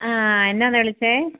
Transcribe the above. ആ എന്താണ് വിളിച്ചത്